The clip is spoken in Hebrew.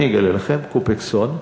אני אגלה לכם, "קופקסון".